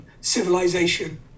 civilization